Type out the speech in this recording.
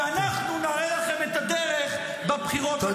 ואנחנו נראה לכם את הדרך בבחירות לכנסת.